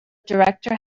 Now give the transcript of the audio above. director